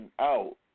out